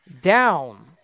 down